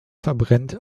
verbrennt